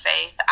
faith